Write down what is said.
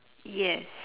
yes